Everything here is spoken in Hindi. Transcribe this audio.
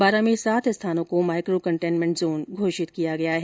बारां में सात स्थानों को माइको कंटेनमेंट जोन घोषित किया गया है